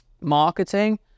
marketing